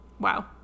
wow